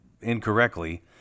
incorrectly